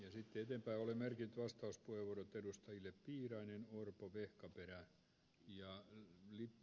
esitteiden pää oli merkit vastauspuheenvuorot edustajillepiirainen urpo vehkaperä ja yli